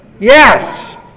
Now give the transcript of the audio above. Yes